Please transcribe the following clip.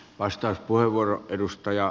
arvoisa puhemies